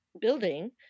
building